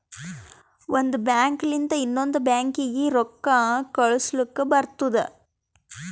ಒಂದ್ ಬ್ಯಾಂಕ್ ಲಿಂತ ಇನ್ನೊಂದು ಬ್ಯಾಂಕೀಗಿ ರೊಕ್ಕಾ ಕಳುಸ್ಲಕ್ ಬರ್ತುದ